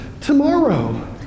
tomorrow